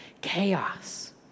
chaos